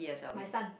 my son